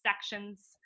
sections